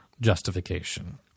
justification –